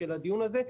של הדיון הזה,